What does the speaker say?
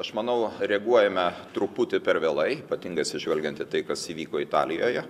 aš manau reaguojame truputį per vėlai ypatingai atsižvelgiant į tai kas įvyko italijoje